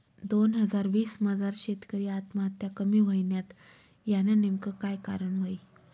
दोन हजार वीस मजार शेतकरी आत्महत्या कमी व्हयन्यात, यानं नेमकं काय कारण व्हयी?